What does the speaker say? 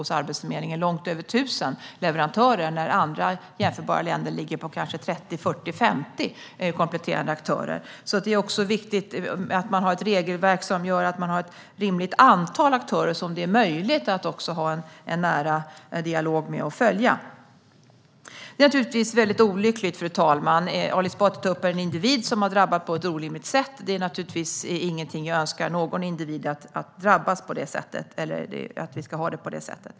Det fanns långt över 1 000 leverantörer, medan andra jämförbara länder kanske ligger på 30, 40 eller 50 kompletterande aktörer. Det är viktigt med ett regelverk som gör att man har ett rimligt antal aktörer som man också kan ha en nära dialog med och kan följa. Fru talman! Ali Esbati tog upp ett exempel med en individ som har drabbats på ett orimligt sätt. Det är naturligtvis väldigt olyckligt, och jag önskar inte att någon ska behöva drabbas av detta eller att vi ska ha det så.